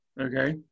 okay